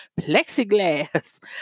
plexiglass